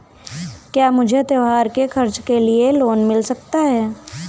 क्या मुझे त्योहार के खर्च के लिए लोन मिल सकता है?